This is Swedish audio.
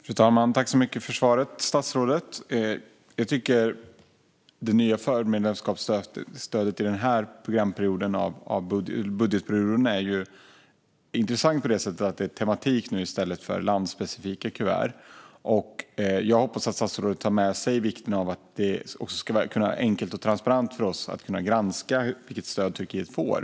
Fru talman! Tack så mycket för svaret, statsrådet! Det nya förmedlemskapsstödet under den här budgetperioden är intressant på det sättet att det nu är tematik i stället för landspecifika kuvert. Jag hoppas att statsrådet tar med sig vikten av att det ska vara enkelt och transparent för oss att kunna granska vilket stöd Turkiet får.